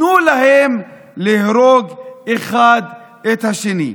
תנו להם להרוג אחד את השני.